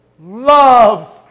love